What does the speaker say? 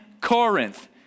Corinth